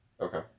Okay